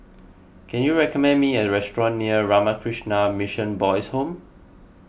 can you recommend me a restaurant near Ramakrishna Mission Boys' Home